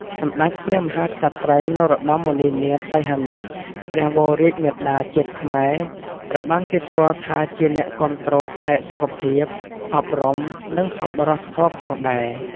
សម្តេចព្រះមហាក្សត្រី នរោត្តម មុនិនាថ សីហនុ ព្រះវររាជមាតាជាតិខ្មែរត្រូវបានគេស្គាល់ថាជាអ្នកគាំទ្រផ្នែកសុខភាព អប់រំ និងសប្បុរសធម៌ផងដែរ។